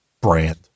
brand